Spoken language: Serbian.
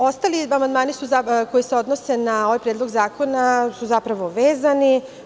Ostali amandmani koji se odnose na ovaj predlog zakona su zapravo vezani.